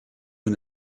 une